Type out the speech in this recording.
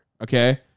Okay